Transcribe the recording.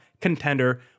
contender